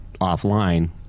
offline